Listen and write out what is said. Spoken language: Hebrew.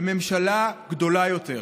בממשלה גדולה יותר.